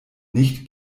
nicht